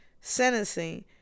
sentencing